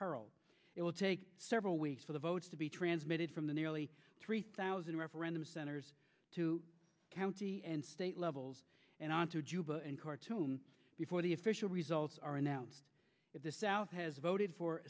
peril it will take several weeks for the votes to be transmitted from the nearly three thousand referendum centers to county and state levels and in khartoum before the official results are announced at the south has voted for